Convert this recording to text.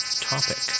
topic